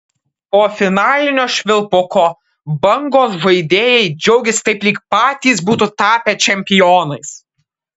po finalinio švilpuko bangos žaidėjai džiaugėsi taip lyg patys būtų tapę čempionais